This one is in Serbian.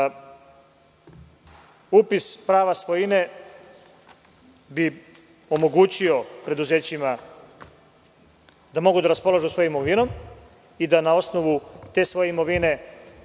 roku. Upis prava svojine bi omogućio preduzećima da raspolažu svojom imovinom i da na osnovu te svoje imovine